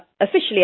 officially